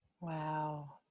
Wow